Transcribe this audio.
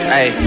Hey